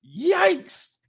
Yikes